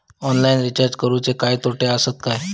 Online recharge करुचे काय तोटे आसत काय?